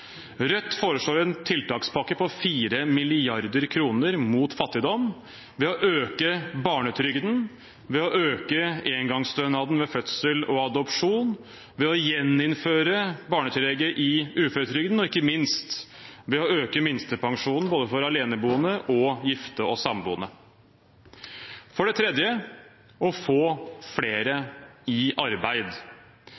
Rødt foreslår en tiltakspakke på 4 mrd. kr mot fattigdom ved å øke barnetrygden, ved å øke engangsstønaden ved fødsel og adopsjon, ved å gjeninnføre barnetillegget i uføretrygden, og ikke minst ved å øke minstepensjonen både for aleneboende og for gifte og samboende. For det tredje: Få flere